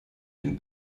dem